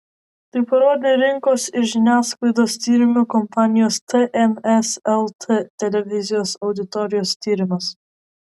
tai parodė rinkos ir žiniasklaidos tyrimų kompanijos tns lt televizijos auditorijos tyrimas